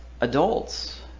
adults